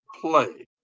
play